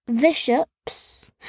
bishops